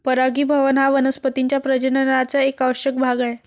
परागीभवन हा वनस्पतीं च्या प्रजननाचा एक आवश्यक भाग आहे